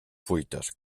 fuites